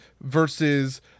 versus